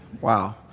Wow